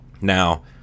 Now